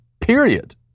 period